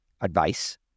Advice